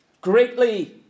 greatly